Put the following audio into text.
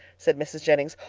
said mrs. jennings.